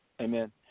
Amen